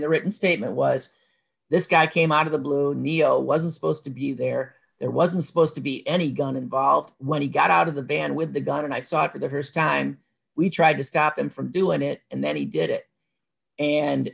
the written statement was this guy came out of the blue neo wasn't supposed to be there there wasn't supposed to be any gun involved when he got out of the van with a gun and i saw it for the st time we tried to stop him from doing it and then he did it and